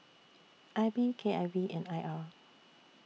I B K I V and I R